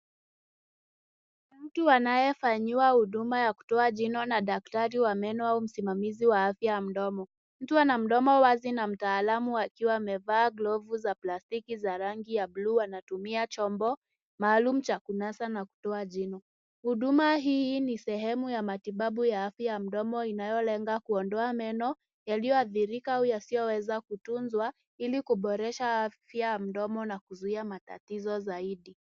Mtu anayefanyiwa huduma ya kutoa jino na daktari wa meno au msimamizi wa afya ya mdomo. Mtu ana mdomo wazi na mtaalamu akiwa amevaa glavu za plastiki za rangi ya buluu anatumia chombo maalum cha kunasa na kutoa jino. Huduma hii ni sehemu ya matibabu ya afya ya mdomo inayolenga kuondoa meno yalioathirika au yasiyoweza kutunzwa ili kuboresha afya ya mdomo na kuzuia matatizo zaidi.